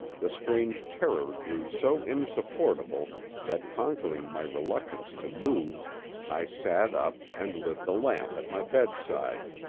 the strange terror grew so insupportable that conquering my reluctance to move i sat up and lit the lamp at my bedside.